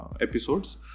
episodes